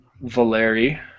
Valeri